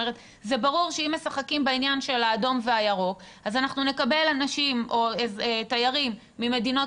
זה ברור שאם משחקים בעניין של האדום והירוק אז אנחנו נקבל תיירים ממדינות